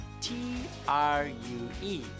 t-r-u-e